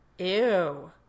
Ew